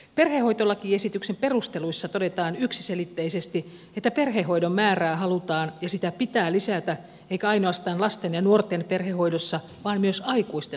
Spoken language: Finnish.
perhehoitolakiesityksen perusteluissa todetaan yksiselitteisesti että perhehoidon määrää halutaan ja sitä pitää lisätä eikä ainoastaan lasten ja nuorten perhehoidossa vaan myös aikuisten hoitomuotona